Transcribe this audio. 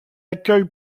accueille